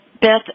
Beth